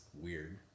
weird